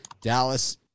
Dallas